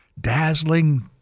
Dazzling